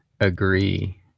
agree